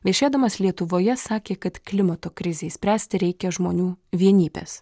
viešėdamas lietuvoje sakė kad klimato krizei spręsti reikia žmonių vienybės